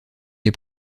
les